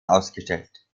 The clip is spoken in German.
ausgestellt